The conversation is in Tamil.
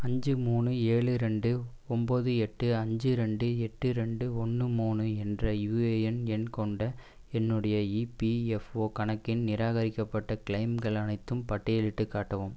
அஞ்சு மூணு ஏழு ரெண்டு ஒன்பது எட்டு அஞ்சு ரெண்டு எட்டு ரெண்டு ஒன்று மூணு என்ற யுஏஎன் எண் கொண்ட என்னுடைய இபிஎஃப்ஓ கணக்கின் நிராகரிக்கப்பட்ட க்ளெய்ம்கள் அனைத்தும் பட்டியலிட்டுக் காட்டவும்